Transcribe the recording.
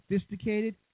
sophisticated